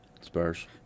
Spurs